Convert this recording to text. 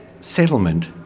settlement